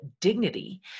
dignity